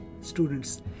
students